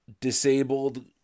disabled